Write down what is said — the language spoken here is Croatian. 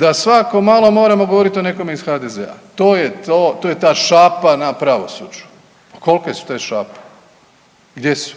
sa svako malo moramo govorit o nekom iz HDZ-a. To je to, to je ta šapa na pravosuđu. Kolike su te šape, gdje su?